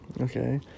okay